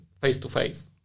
face-to-face